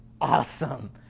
awesome